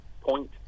point